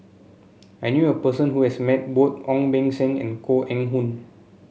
I knew a person who has met both Ong Beng Seng and Koh Eng Hoon